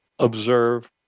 observe